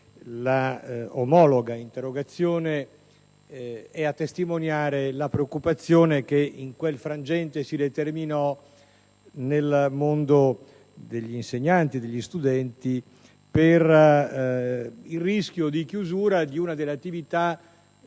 sua omologa interrogazione è a testimoniare la preoccupazione che in quel frangente si determinò nel mondo degli insegnanti e degli studenti per il rischio di chiusura di una delle attività